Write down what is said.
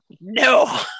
no